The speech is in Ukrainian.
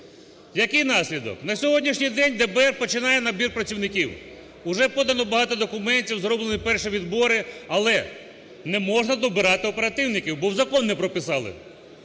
Який наслідок, на сьогоднішній день ДБР починає набір працівників. Уже подано багато документів, зроблені перші відбори. Але не можна добирати оперативників, бо в закон не прописали.